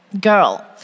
girl